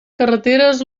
carreteres